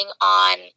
on